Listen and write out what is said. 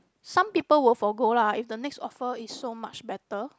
some people will forgo lah if the next offer is so much better